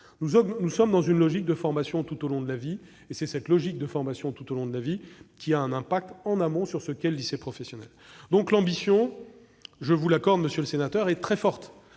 Nous sommes dans une logique de formation tout au long de la vie. Et c'est cette logique qui a un impact en amont sur ce qu'est le lycée professionnel. Notre ambition, je vous l'accorde, monsieur le sénateur, est très forte,